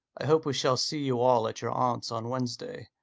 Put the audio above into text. i hope we shall see you all at your aunt's on wednesday.